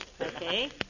Okay